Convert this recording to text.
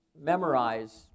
memorize